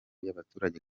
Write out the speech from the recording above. y’abaturage